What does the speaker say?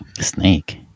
snake